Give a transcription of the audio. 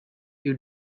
you